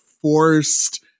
forced